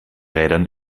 rädern